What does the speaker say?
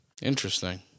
Interesting